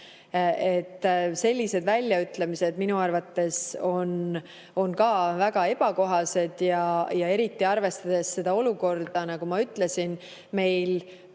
Sellised väljaütlemised on ka minu arvates väga ebakohased, eriti arvestades seda olukorda, nagu ma ütlesin. Meil